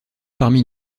parmi